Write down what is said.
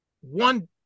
one